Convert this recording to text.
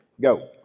Go